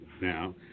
now